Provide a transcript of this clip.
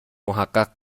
محقق